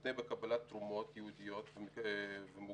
מותנה בקבלת תרומות ייעודיות ומוגבל